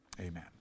Amen